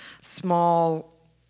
small